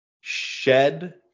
Shed